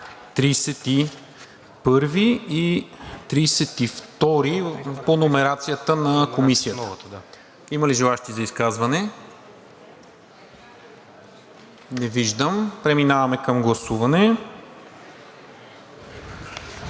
31 и 32 по номерацията на Комисията. Има ли желаещи за изказване? Не виждам. Преминаваме към гласуване.